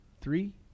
three